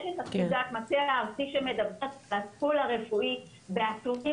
יש את פקודת המטה הארצי שמדברת על הטיפול הרפואי בעצורים,